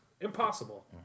Impossible